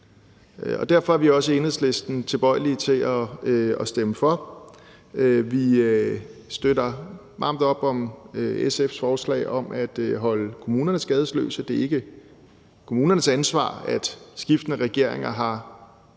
derfor er vi også i Enhedslisten tilbøjelige til at stemme for. Vi støtter varmt op om SF's forslag om at holde kommunerne skadesløse; det er ikke kommunernes ansvar, at skiftende regeringer har,